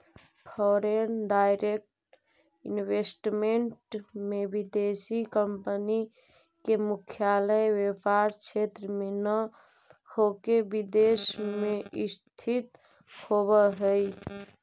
foreign direct investment में विदेशी company के मुख्यालय व्यापार क्षेत्र में न होके विदेश में स्थित होवऽ हई